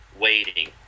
waiting